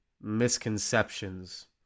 misconceptions